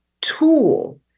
tool